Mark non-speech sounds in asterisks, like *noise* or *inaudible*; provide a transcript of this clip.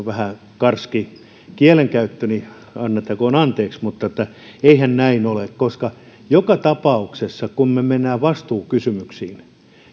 *unintelligible* vähän karski kielenkäyttöni annettakoon anteeksi mutta eihän näin ole koska joka tapauksessa kun me menemme vastuukysymyksiin